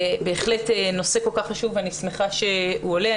בהחלט זה נושא כל כך חשוב ואני שמחה שהוא עולה.